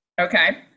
Okay